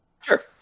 Sure